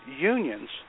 unions